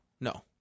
no